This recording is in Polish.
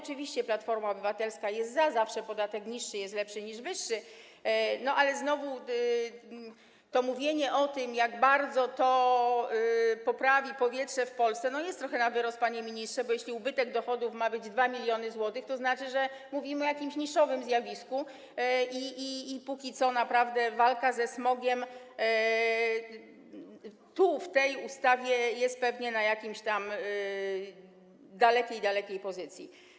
Oczywiście Platforma Obywatelska jest za, zawsze niższy podatek jest lepszy niż wyższy, ale znowu mówienie o tym, jak bardzo to poprawi powietrze w Polsce, jest trochę na wyrost, panie ministrze, bo jeśli ubytek dochodów ma wynosić 2 mln zł, to znaczy, że mówimy o jakimś niszowym zjawisku, i póki co naprawdę walka ze smogiem tu w tej ustawie jest pewnie na jakiejś dalekiej, dalekiej pozycji.